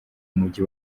mujyi